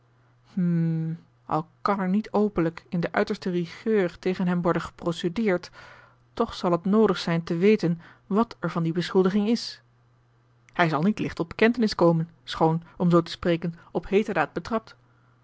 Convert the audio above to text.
hm al kan er niet openlijk in de uiterste rigueur tegen hem worden geprocedeerd toch zal het noodig zijn te weten wat er van die beschuldiging is hij zal niet licht tot bekentenis komen schoon om zoo te spreken op heeter daad betrapt